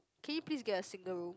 can you please get a single room